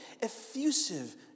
effusive